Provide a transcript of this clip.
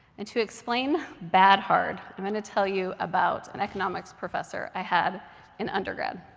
and to explain bad hard, i'm going to tell you about an economics professor i had in undergrad.